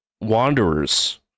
Wanderers